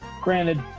granted